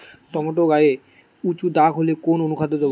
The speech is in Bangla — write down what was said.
টমেটো গায়ে উচু দাগ হলে কোন অনুখাদ্য দেবো?